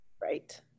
right